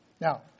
Now